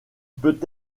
peut